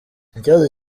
ikibazo